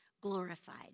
glorified